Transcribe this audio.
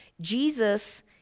Jesus